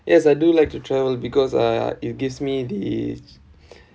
yes I do like to travel because uh it gives me the